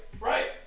Right